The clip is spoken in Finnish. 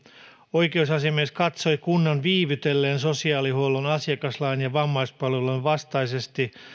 oikeusasiamies katsoi kunnan viivytelleen sosiaalihuollon asiakaslain ja vammaispalvelulain vastaisesti